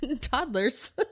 toddlers